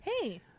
Hey